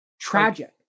tragic